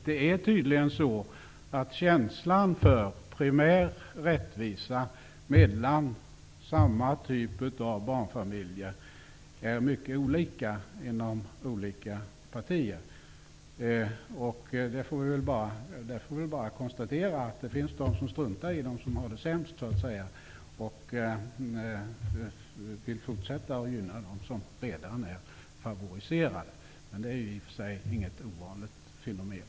Det är tydligen så, att känslan för primär rättvisa mellan samma typ av barnfamiljer är mycket olika inom olika partier. Man kan bara konstatera att det finns de som struntar i dem som har det sämst, så att säga, och som vill fortsätta att gynna dem som redan är favoriserade. Men detta är i och för sig inget ovanligt fenomen.